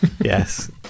Yes